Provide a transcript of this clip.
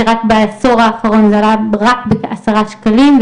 שבעשור האחרון זה עלה רק בעשרה שקלים,